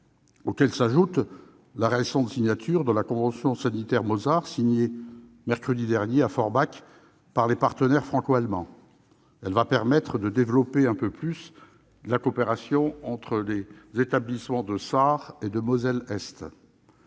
la Belgique. À cela s'ajoute la convention sanitaire Mosar, signée mercredi dernier à Forbach par les partenaires franco-allemands. Elle va permettre de développer un peu plus la coopération entre les établissements de Sarre et de Moselle-Est.